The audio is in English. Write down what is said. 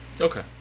okay